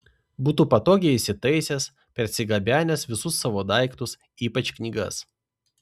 būtų patogiai įsitaisęs persigabenęs visus savo daiktus ypač knygas